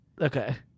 Okay